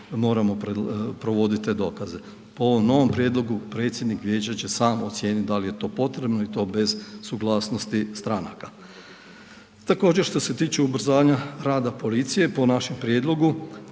moramo provoditi te dokaze. Po ovom novom prijedlogu predsjednik vijeća će sam ocijeniti da li je to potrebno i to bez suglasnosti stranaka. Također što se tiče ubrzanja rada policije po našem prijedlogu